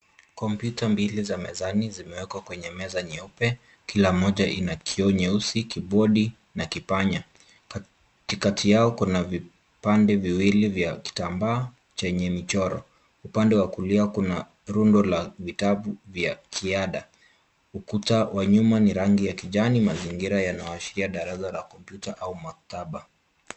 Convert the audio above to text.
Kompyuta mbili za mezani zimewekwa kwenye meza nyeupe. Kila moja ina kioo nyeusi, kibodi na kipanya. Katikati yazo kuna vipande viwili vya kitambaa chenye michoro. Upande wa kulia kuna rundo la vitabu vya kiada. Ukuta wa nyuma ni rangi ya kijani. Mazingira yanaashiria darasa la kompyuta au maktaba.